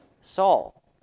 Saul